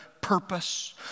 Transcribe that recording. purpose